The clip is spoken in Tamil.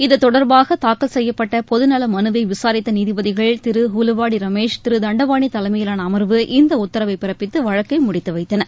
இத்தொடர்பாக தாக்கல் செய்யப்பட்ட பொதுநல மனுவை விசாரித்த நீதிபதிகள் திரு ஹுலுவாடி ரமேஷ் திரு தண்டபானி தலைமையிலான அமர்வு இந்த உத்தரவை பிறப்பித்து வழக்கை முடித்துவைத்தன